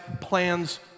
plans